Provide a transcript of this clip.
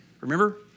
Remember